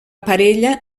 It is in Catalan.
parella